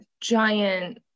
giant